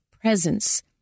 presence